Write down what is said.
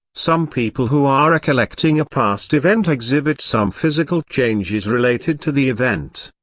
some people who are recollecting a past event exhibit some physical changes related to the event.